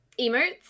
emotes